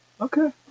Okay